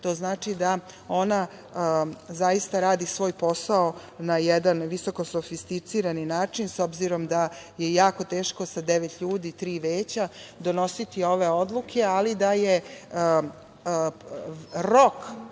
To znači da ona zaista radi svoj posao na jedan visoko-sofisticirani način, s obzirom da je jako teško sa devet ljudi, tri veća, donositi ove odluke, ali da je rok